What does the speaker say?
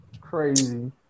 Crazy